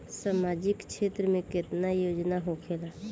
सामाजिक क्षेत्र में केतना योजना होखेला?